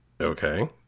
Okay